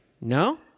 no